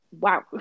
wow